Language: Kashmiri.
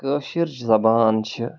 کٲشٕر زَبان چھِ